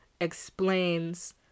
explains